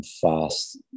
fast